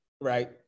right